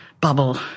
bubble